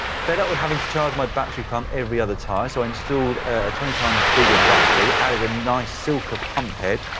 fed up with having to charge my battery pump every other tire, so i installed a twenty times bigger battery, added a nice silca pump head,